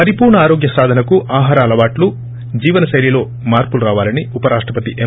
పరిపూర్ణ ఆరోగ్య సాధనకు ఆహార అలవాట్లు జీవన శైలిలో మార్పు రావాలని ఉపరాష్టపతి ఎం